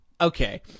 okay